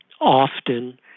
often